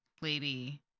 lady